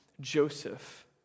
Joseph